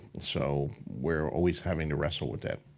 so, we're always having to wrestle with that.